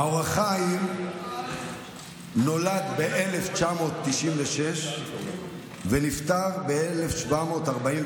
האור החיים נולד ב-1696 ונפטר ב-1743.